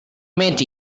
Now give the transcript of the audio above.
meet